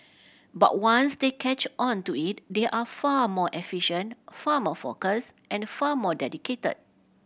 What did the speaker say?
but once they catch on to it they are far more efficient far more focused and far more dedicated